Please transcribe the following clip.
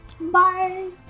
Bye